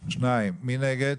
2. מי נגד?